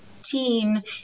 teen